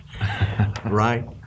right